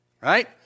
right